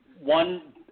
One